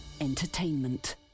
Entertainment